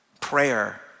prayer